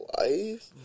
Life